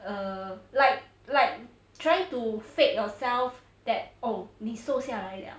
err like like trying to fake yourself that oh 你瘦下来了